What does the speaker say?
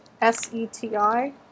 S-E-T-I